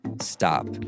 Stop